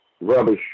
rubbish